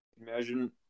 Imagine